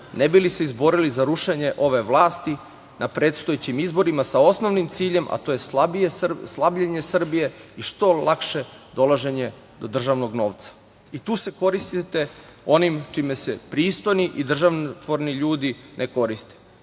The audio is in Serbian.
ne bi li se izborili za rušenje ove vlasti na predstojećim izborima sa osnovnim ciljem, a to je slabljenje Srbije i što lakše dolaženje do državnog novca. Tu se koristite onim čime se pristojni i državotvorni ljudi ne koriste,